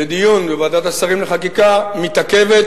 לדיון בוועדת השרים לחקיקה מתעכבת,